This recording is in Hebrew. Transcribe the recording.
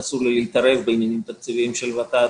אסור לי להתערב בעניינים תקציביים של ות"ת,